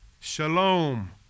Shalom